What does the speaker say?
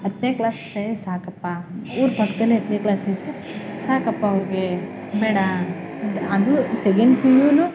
ಹತ್ತನೇ ಕ್ಲಾಸೇ ಸಾಕಪ್ಪ ಊರು ಪಕ್ಕದಲ್ಲೇ ಹತ್ತನೇ ಕ್ಲಾಸ್ ಇದ್ದರೂ ಸಾಕಪ್ಪ ಅವ್ರಿಗೆ ಬೇಡ ಅದು ಸೆಕೆಂಡ್ ಪಿ ಯುನೂ